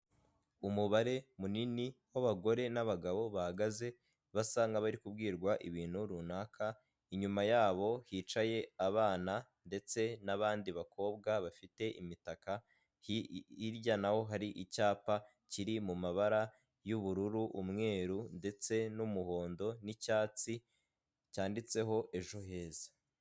Umubare munini w'abagore n'abagabo bahagaze basa nk'abari kubwirwa ibintu runaka, inyuma yabo hicaye abana ndetse n'abandi bakobwa bafite imitaka, hirya naho hari icyapa kiri mu mabara y'ubururu, umweru ndetse n'umuhondo n'icyatsi cyanditseho ejo heza.